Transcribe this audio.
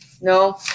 No